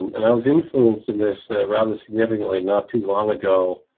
and i was influenced in this rather significantly not too long ago